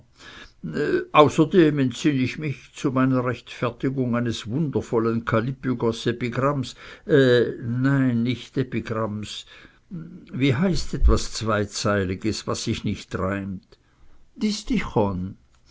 außerdem entsinn ich mich zu meiner rechtfertigung eines wundervollen kallipygosepigramms nein nicht epigramms wie heißt etwas zweizeiliges was sich nicht reimt